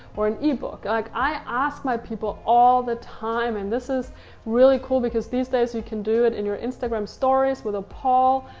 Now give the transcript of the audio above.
or an ebook? i ask my people all the time, and this is really cool because these days you can do it in your instagram stories, with a poll.